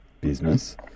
business